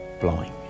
blowing